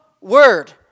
word